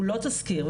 הוא תזכיר,